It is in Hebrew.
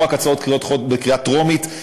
לא רק הצעות חוק שעוברות בקריאה טרומית,